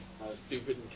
Stupid